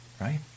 right